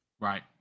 Right